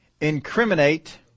incriminate